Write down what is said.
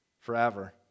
forever